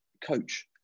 coach